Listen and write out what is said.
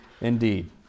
indeed